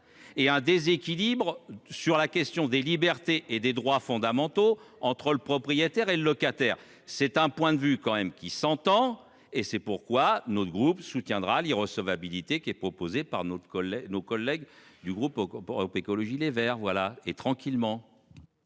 et un déséquilibre sur la question des libertés et des droits fondamentaux entre le propriétaire et le locataire, c'est un point de vue quand même qu'il s'entend et c'est pourquoi notre groupe soutiendra recevabilité qui est proposé par notre collègue nos collègues du groupe au cours pour Europe Écologie Les Verts. Voilà et tranquillement.